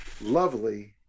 lovely